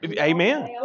amen